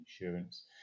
insurance